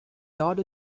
order